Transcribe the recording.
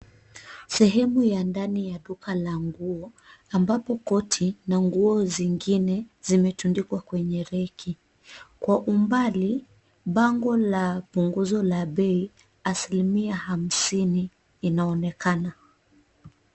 Sehemu ya ndani ya duka la nguo, ambapo koti na nguo zingine zimetundikwa kwenye reki. Kwa umbali, bango la punguzo la bei asilimia hamsini, inaonekana.